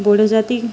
ବଡ଼ ଜାତି